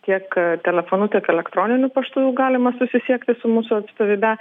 tiek telefonu tiek elektroniniu paštu galima susisiekti su mūsų atstovybe